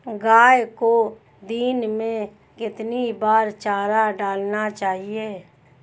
गाय को दिन में कितनी बार चारा डालना चाहिए?